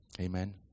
Amen